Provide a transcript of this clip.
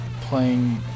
playing